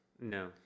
No